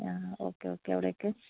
ആ okay okay അവിടേക്ക്